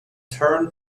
turned